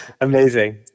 Amazing